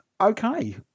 Okay